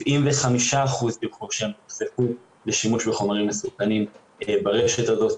כ-75% דיווחו שהם נחשפו לשימוש בחומרים מסוכנים ברשת הזאת.